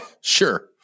sure